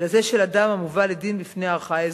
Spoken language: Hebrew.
לזה של אדם המובא לדין בפני ערכאה אזרחית,